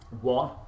one